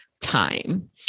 time